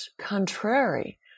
contrary